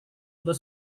untuk